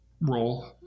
role